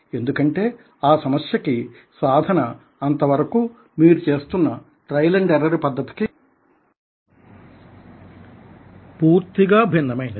ఎందుకంటే ఆ సమస్య కి సాధన అంతవరకూ మీరు చేస్తున్న ట్రైల్ అండ్ ఎర్రర్ పద్దతికి పూర్తిగా భిన్నమైనది